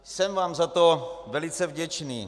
Jsem vám za to velice vděčný.